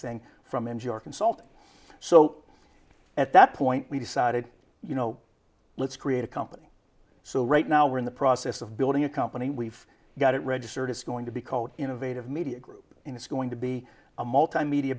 thing from n p r consultant so at that point we decided you know let's create a company so right now we're in the process of building a company we've got it registered it's going to be called innovative media group and it's going to be a multimedia